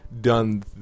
done